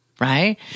right